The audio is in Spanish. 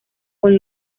con